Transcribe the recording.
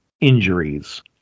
injuries